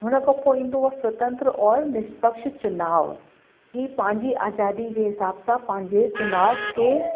हुन खां पोइ ईंदो आहे स्वतंत्र और निष्पक्ष चुनाव की पंंहिंजी आज़ादी जे हिसाब सां पंहिंजे चुनाव के